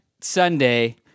Sunday